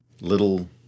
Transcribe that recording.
little